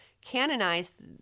canonized